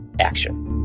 action